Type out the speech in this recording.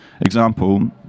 example